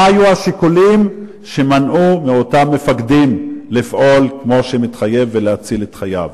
מה היו השיקולים שמנעו מאותם מפקדים לפעול כמו שמתחייב ולהציל את חייו?